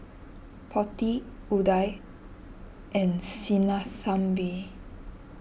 Potti Udai and Sinnathamby